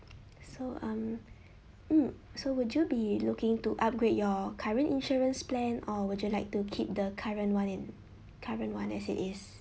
so um mm so would you be looking to upgrade your current insurance plan or would you like to keep the current one in current one as it is